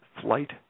flight